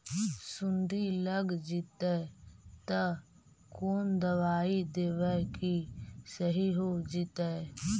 सुंडी लग जितै त कोन दबाइ देबै कि सही हो जितै?